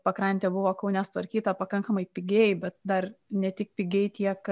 pakrantė buvo kaune sutvarkyta pakankamai pigiai bet dar ne tik pigiai tiek